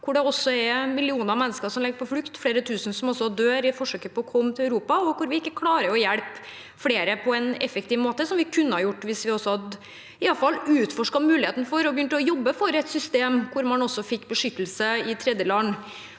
dag. Det er millioner av mennesker som legger på flukt, og flere tusen som dør i forsøket på å komme til Europa, og vi klarer ikke å hjelpe flere på en effektiv måte, som vi kunne ha gjort hvis vi iallfall hadde utforsket muligheten og begynt å jobbe for et system hvor man også fikk beskyttelse i tredjeland.